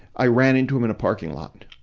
i ran into him in a parking lot.